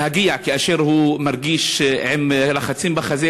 כאשר הוא מרגיש לחצים בחזה,